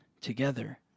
together